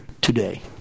today